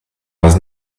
was